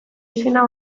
izena